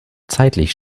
zeitlich